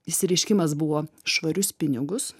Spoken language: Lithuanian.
išsireiškimas buvo švarius pinigus